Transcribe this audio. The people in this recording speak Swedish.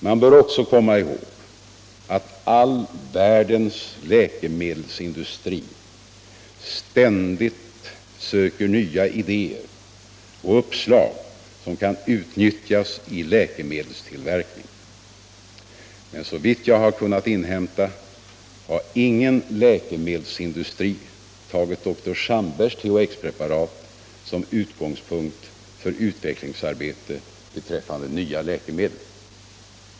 Man bör också komma ihåg att all världens läkemedelsindustri ständigt söker nya idéer och uppslag som kan utnyttjas i läkemedelstillverkningen, men såvitt jag har kunnat inhämta har ingen läkemedelsindustri tagit dr Sandbergs THX-preparat som utgångspunkt för utvecklingsarbete beträffande nya läkemedel.